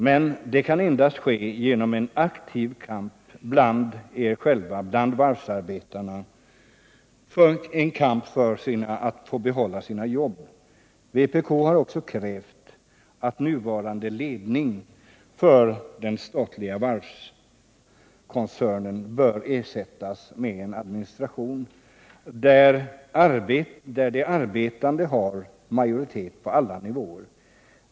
Men det kan endast ske genom en aktiv kamp bland varvsarbetarna själva för att få behålla sina jobb. Vpk har vidare krävt att nuvarande ledning för den statliga varvskoncernen bör ersättas med en administration, där de arbetande har majoritet på alla nivåer.